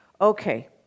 Okay